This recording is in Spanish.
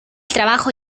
trabajo